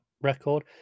record